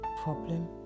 problem